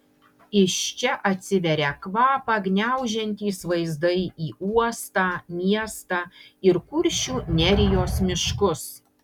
iš čia atsiveria kvapą gniaužiantys vaizdai į uostą miestą ir kuršių nerijos miškus